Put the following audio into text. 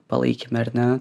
palaikyme ar ne